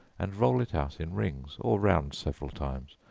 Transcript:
and roll it out in rings, or round several times,